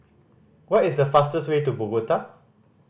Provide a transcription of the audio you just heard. what is the fastest way to Bogota